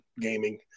gaming